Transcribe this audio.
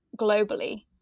globally